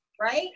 right